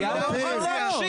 הוא לא מוכן להקשיב.